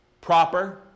proper